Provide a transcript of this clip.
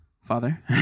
father